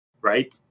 right